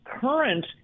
current